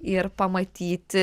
ir pamatyti